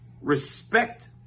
respect